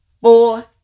four